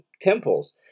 temples